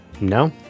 No